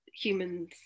humans